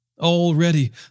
Already